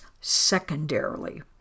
secondarily